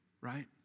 Right